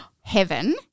heaven